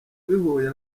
bihuye